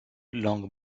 langue